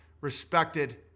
respected